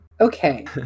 Okay